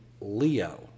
Leo